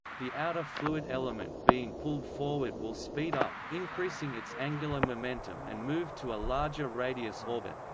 the outer fluid element being pulled forward will speed up, increasing its angular momentum and move to a larger radius orbit.